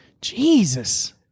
Jesus